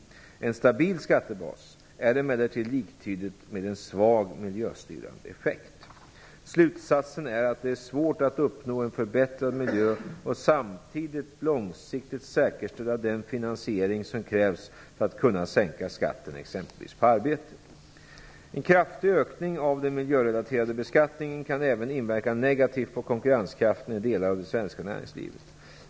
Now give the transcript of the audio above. En stabil skattebas är emellertid liktydig med en svag miljöstyrande effekt. Slutsatsen är att det är svårt att uppnå en förbättrad miljö och samtidigt långsiktigt säkerställa den finansiering som krävs för att kunna sänka skatten exempelvis på arbete. En kraftig ökning av den miljörelaterade beskattningen kan även inverka negativt på konkurrenskraften i delar av det svenska näringslivet.